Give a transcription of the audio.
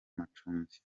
amacumbi